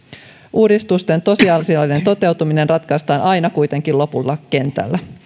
uudistusten tosiasiallinen toteutuminen ratkaistaan aina kuitenkin lopulta kentällä